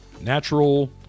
natural